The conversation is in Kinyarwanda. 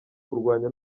kurwanya